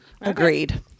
Agreed